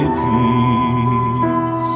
peace